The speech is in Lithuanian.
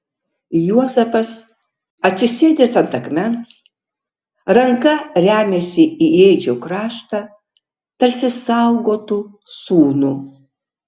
juozapas atsisėdęs ant akmens ranka remiasi į ėdžių kraštą tarsi saugotų sūnų